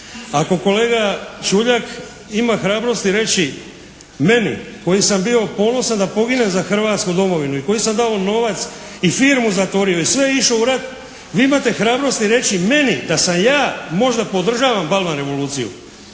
Ako kolega Čuljak ima hrabrosti reći meni koji sam bio ponosan da poginem za Hrvatsku domovinu i koji sam dao novac i firmu zatvorio i sve išao u rat imate hrabrosti reći meni da sam ja, možda podržavam “balvan revoluciju“.